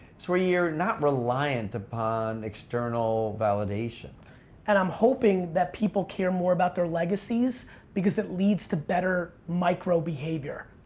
it's where you're not reliant upon external validation and i'm hoping that people care more about their legacies because it leads to better micro behavior.